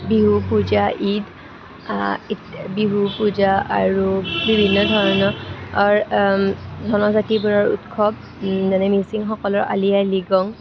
বিহু পূজা ঈদ বিহু পূজা আৰু বিভিন্ন ধৰণৰ জনজাতিবোৰৰ উৎসৱ যেনে মিচিংসকলৰ আলি আয়ে লৃগাং